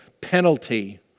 penalty